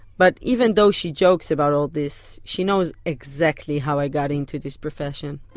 but even though she jokes about all this, she knows exactly how i got into this profession